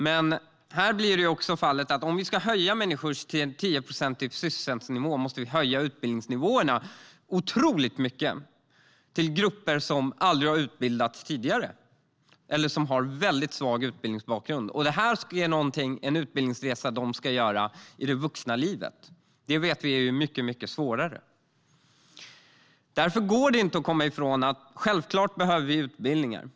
Om vi ska göra så att det är en tioprocentig sysselsättningsnivå för de här människorna måste vi höja utbildningsnivåerna otroligt mycket för grupper som aldrig har utbildats tidigare eller som har en väldigt svag utbildningsbakgrund. Det är en utbildningsresa de ska göra i det vuxna livet. Det vet vi är mycket svårare. Självklart behöver vi utbildningar.